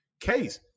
Case